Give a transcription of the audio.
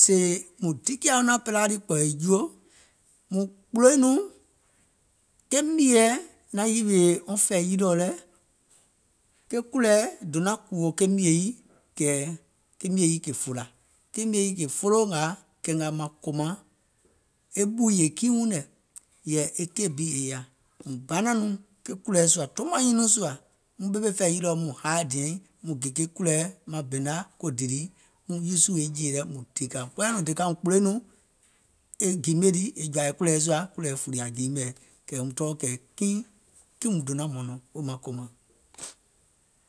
sèè mùŋ dikiȧ naȧŋ pela lii kpɔ̀ è juo, mùŋ kpùloìŋ nɔŋ, ke mìèɛ naŋ yìwìè wɔŋ fɛ̀ì yilìɔ lɛ̀, ke kùlɛ̀ɛ donȧŋ kùwò ke mìè yii kɛ̀ ke mìè yii kè fòlȧ, ke mìè yii kè folo ngàà kɛ̀ ngȧȧ mȧŋ kòmȧŋ e ɓùùyè kiiuŋ nɛ̀, yɛ̀ì e keì bi yè yaȧ, mùŋ banȧŋ nɔŋ ke kùlɛ̀ɛ sùȧ tomȧŋ nyiŋ nɔŋ sùȧ, muŋ ɓemè fɛ̀ì yilìɛ̀ muŋ haȧ diɛìŋ, muŋ gè kùlɛ̀ɛ maŋ bena ko dìlìi muŋ uusù e jèì lɛ muŋ dèkȧ, mùŋ kpɛɛyɛ̀ nɔŋ dèka mùŋ kpùlòiŋ nɔŋ, e giimè lii è jɔ̀ȧ kùlɛ̀ɛ sùà kɛ̀ èum tɔɔ̀ kɛ̀ kiìŋ mùŋ donȧŋ mɔ̀nɔ̀ŋ maŋ kòmàŋ.